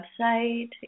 website